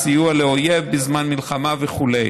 סיוע לאויב בזמן מלחמה וכו'.